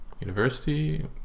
university